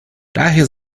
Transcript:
daher